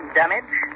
damage